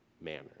manner